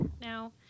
Now